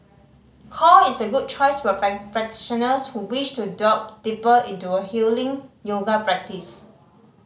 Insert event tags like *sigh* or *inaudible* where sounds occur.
core is a good choice for *unintelligible* practitioners who wish to delve deeper into a healing yoga practice